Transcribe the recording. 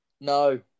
No